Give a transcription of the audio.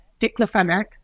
diclofenac